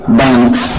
banks